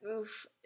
oof